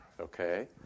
okay